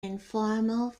informal